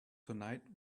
tonight